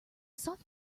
soft